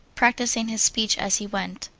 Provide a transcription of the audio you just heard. practising his speeches as he went.